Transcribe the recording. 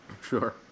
Sure